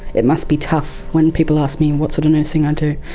it must be tough, when people ask me what sort of nursing i do,